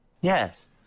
yes